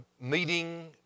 meeting